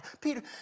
Peter